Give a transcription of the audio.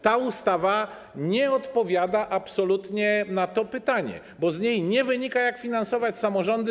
Ta ustawa nie odpowiada absolutnie na to pytanie, bo z niej nie wynika, jak finansować samorządy.